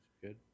good